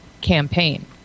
campaign